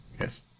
Yes